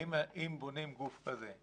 כאשר בונים גוף כזה,